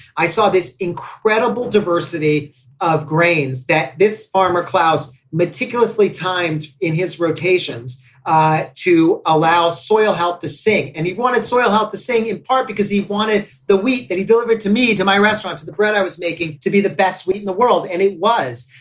i saw this incredible diversity of grains that this farmer clough's meticulously timed in his rotations to allow soil help to sing. and he wanted soil help to sing, in part because he wanted the wheat that he delivered to me, to my restaurant, to the bread i was making. to be the best wheat in the world. and it was.